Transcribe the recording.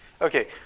Okay